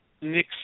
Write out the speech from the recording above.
Nick